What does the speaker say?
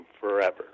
forever